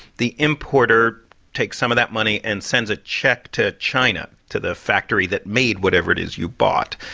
the importer takes some of that money and sends a check to china to the factory that made whatever it is you bought.